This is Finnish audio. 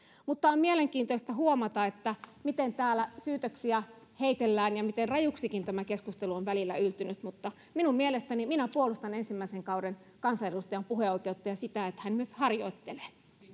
mutta on mielenkiintoista huomata miten täällä syytöksiä heitellään ja miten rajuksikin tämä keskustelu on välillä yltynyt mutta minä puolustan ensimmäisen kauden kansanedustajan puheoikeutta ja sitä että hän myös harjoittelee